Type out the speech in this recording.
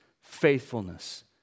faithfulness